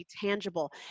tangible